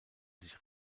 sich